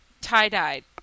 Tie-dyed